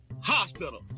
hospital